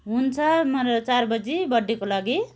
हुन्छ मलाई चार बजी बर्थडेको लागि